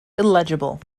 illegible